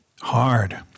hard